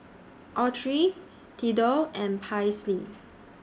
Autry Theadore and Paisley